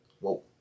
Whoa